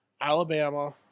Alabama